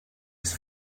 his